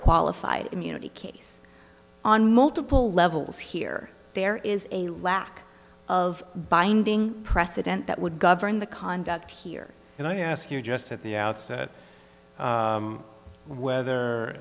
qualified immunity case on multiple levels here there is a lack of binding precedent that would govern the conduct here and i ask you just at the outset whether